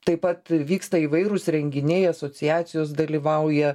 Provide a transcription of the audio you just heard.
taip pat vyksta įvairūs renginiai asociacijos dalyvauja